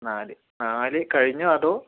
നാല് നാലുകഴിഞ്ഞോ അതോ